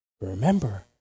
remember